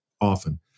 often